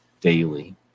daily